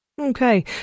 Okay